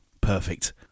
Perfect